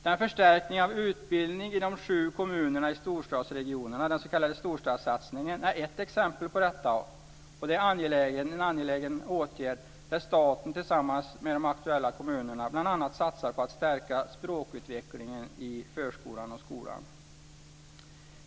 Den förstärkning av utbildning i de sju kommuner i storstadsregionerna, den s.k. storstadssatsningen, är ett exempel på detta och är en angelägen åtgärd, där staten tillsammans med de aktuella kommunerna bl.a. satsar på att stärka språkutvecklingen i förskolan och skolan.